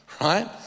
Right